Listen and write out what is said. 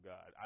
God